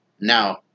Now